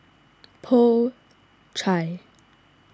Po Chai